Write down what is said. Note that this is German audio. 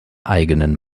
eigenen